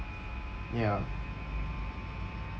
ya